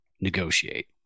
negotiate